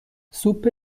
سوپ